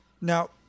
Now